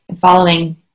following